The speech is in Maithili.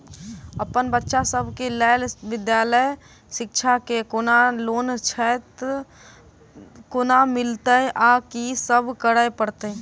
अप्पन बच्चा सब केँ लैल विधालय शिक्षा केँ कोनों लोन छैय तऽ कोना मिलतय आ की सब करै पड़तय